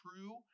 true